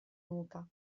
nuca